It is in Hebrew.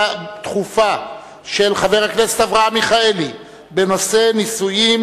דחופה של חבר הכנסת אברהם מיכאלי בנושא: ניסויים